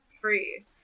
free